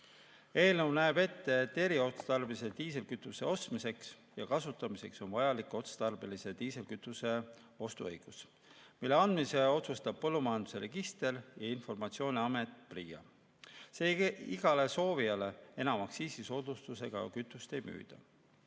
Eelnõu näeb ette, et eriotstarbelise diislikütuse ostmiseks ja kasutamiseks on vajalik otstarbelise diislikütuse ostu õigus, mille andmise otsustab Põllumajanduse Registrite ja Informatsiooni Amet ehk PRIA. Seega igale soovijale aktsiisisoodustusega kütust ei müüda.